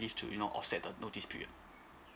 leave to you know offset the notice period